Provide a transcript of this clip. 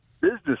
business